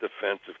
defensive